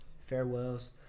farewells